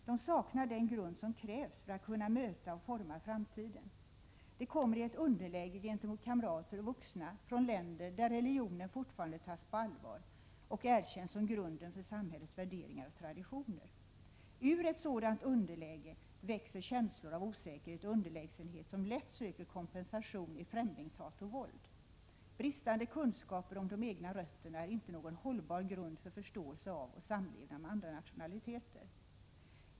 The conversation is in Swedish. De saknar den grund som krävs för att kunna möta och forma framtiden. De kommer i ett underläge gentemot kamrater och vuxna från länder, där religionen fortfarande tas på allvar och erkänns som grunden för samhällets värderingar och traditioner. Ur ett sådant underläge växer känslor av osäkerhet och underlägsenhet, som lätt söker kompensation i främlingshat och våld. Bristande kunskaper om de egna rötterna är inte någon hållbar grund för förståelse av och samlevnad med andra nationaliteter.